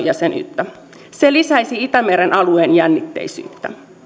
jäsenyyttä se lisäisi itämeren alueen jännitteisyyttä